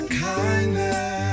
kindness